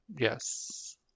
Yes